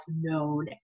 known